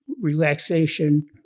relaxation